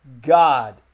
God